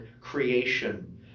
creation